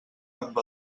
amb